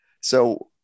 So-